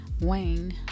wayne